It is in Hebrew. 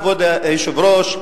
כבוד היושב-ראש,